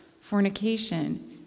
fornication